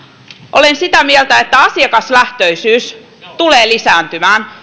olen sitä mieltä että asiakaslähtöisyys tulee lisääntymään